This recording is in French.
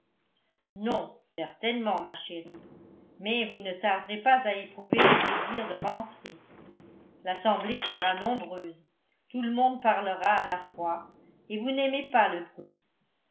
non certainement ma chérie mais vous ne tarderez pas à éprouver le désir de rentrer l'assemblée sera nombreuse tout le monde parlera à la fois et vous n'aimez pas le bruit